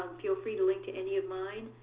feel free to link to any of mine.